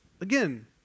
again